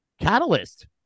catalyst